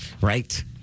right